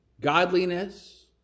godliness